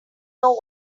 know